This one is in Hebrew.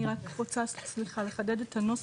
אני רק רוצה לחדד את הנוסח.